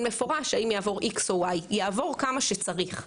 מפורש האם יעבור X או Y. יעבור כמה שצריך.